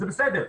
זה בסדר,